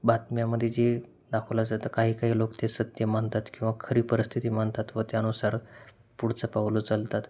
बातम्यामध्ये जे दाखवलं जातं काही काही लोक ते सत्य मानतात किंवा खरी परिस्थिती मानतात व त्यानुसार पुढचं पाऊल उचलतात